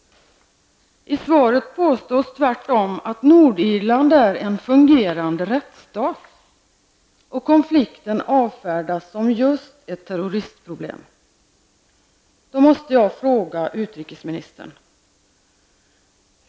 I svaret påstås tvärtom att Nordirland är en ''fungerande rättsstat'', och konflikten avfärdas just som ett terroristproblem.